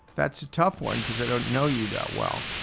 that's a tough one because i don't know you that well.